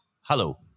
hello